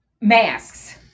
masks